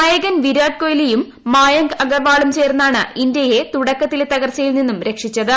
നായകൻ വിരാട് കോഹ്ലിയും മായങ്ക് അഗർവാളും ചേർന്നാണ് ഇന്ത്യയെ തുടക്കത്തിലെ തകർച്ചയിൽ നിന്നും രക്ഷിച്ചത്